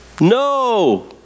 No